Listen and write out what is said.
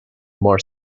more